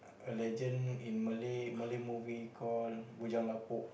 a legend in Malay Malay movie called Bujang-Lapok